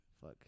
Fuck